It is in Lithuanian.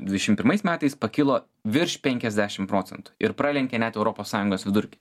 dvidešim pirmais metais pakilo virš penkiasdešim procentų ir pralenkė net europos sąjungos vidurkį